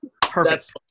perfect